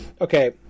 okay